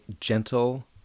gentle